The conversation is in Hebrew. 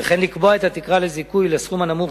ולקבוע את התקרה לזיכוי לסכום הנמוך